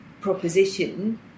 proposition